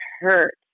hurt